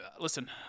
Listen